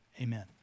amen